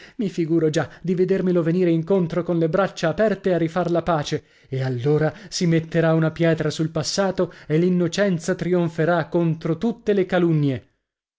i figuro già di vedermelo venire incontro con le braccia aperte a rifar la pace e allora si metterà una pietra sul passato e l'innocenza trionferà contro tutte le calunnie